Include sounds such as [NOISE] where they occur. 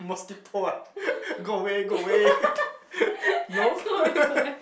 mosquito ah [LAUGHS] go away go away no [LAUGHS]